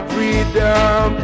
Freedom